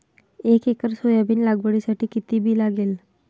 एक acre soybean लागवडीसाठी किती बी लागेल?